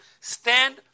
Stand